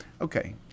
Okay